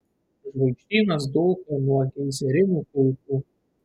žvaigždynas dulka nuo geizerinių kulkų